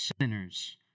sinners